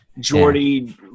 jordy